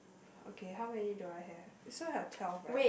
okay how many do I have is so have twelve right